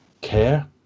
care